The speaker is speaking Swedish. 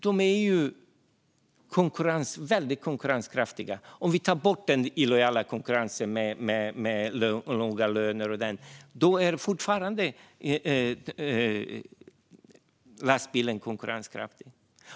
De är väldigt konkurrenskraftiga, och också om vi tar bort den illojala konkurrensen med låga löner och så vidare är lastbilen fortfarande konkurrenskraftig.